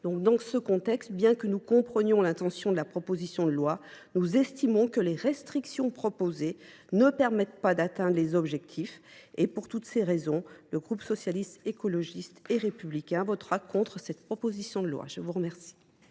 Dans ce contexte, bien que nous comprenions l’intention des auteurs de cette proposition de loi, nous estimons que les restrictions souhaitées ne permettent pas d’atteindre les objectifs fixés. Pour toutes ces raisons, le groupe Socialiste, Écologiste et Républicain votera contre cette proposition de loi. La parole